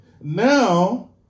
Now